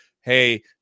hey